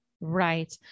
Right